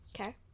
Okay